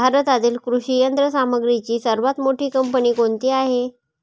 भारतातील कृषी यंत्रसामग्रीची सर्वात मोठी कंपनी कोणती आहे?